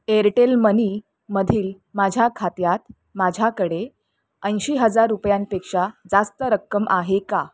Airtel मनीमधील माझ्या खात्यात माझ्याकडे ऐंशी हजार रुपयांपेक्षा जास्त रक्कम आहे का